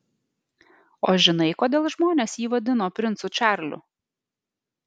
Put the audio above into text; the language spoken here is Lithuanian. o žinai kodėl žmonės jį vadino princu čarliu